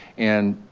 and,